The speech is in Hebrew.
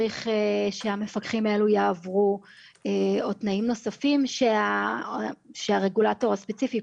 שהמפקחים האלו יעברו או תנאים נוספים שהרגולטור הספציפי,